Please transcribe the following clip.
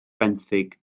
benthyg